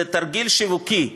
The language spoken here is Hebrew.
זה תרגיל שיווקי.